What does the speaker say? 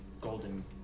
Golden